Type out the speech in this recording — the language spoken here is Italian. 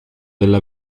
della